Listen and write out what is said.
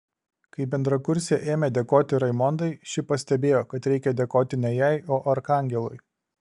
kai bendrakursė ėmė dėkoti raimondai ši pastebėjo kad reikia dėkoti ne jai o arkangelui